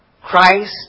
Christ